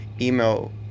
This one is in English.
email